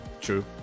True